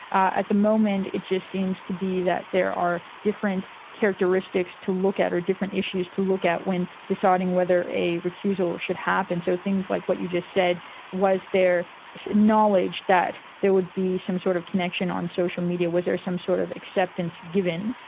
at the moment it just seems to be that there are different characteristics to look at or different issues to look at when deciding whether a recusal should happen. so things like what you just said was there some knowledge that there would be some sort of connection on social media, was there some sort of acceptance given?